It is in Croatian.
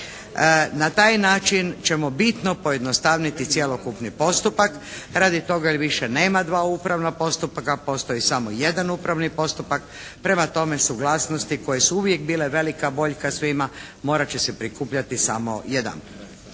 Na taj način ćemo bitno pojednostaviti cjelokupni postupak radi toga jer više nema dva upravna postupka, postoji samo jedan upravni postupak. Prema tome, suglasnosti koje su uvijek bile velika boljka svima morat će se prikupljati samo jedan